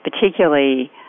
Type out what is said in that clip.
particularly